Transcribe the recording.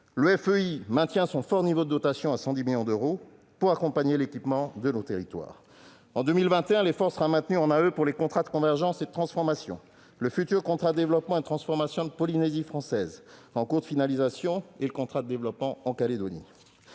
Le FEI maintient son fort niveau de dotation à 110 millions d'euros, pour accompagner l'équipement de nos territoires. En 2021, l'effort sera maintenu en AE pour les contrats de convergence et de transformation, le futur contrat de développement et de transformation en Polynésie française en cours de finalisation et le contrat de développement en Nouvelle-Calédonie.